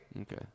Okay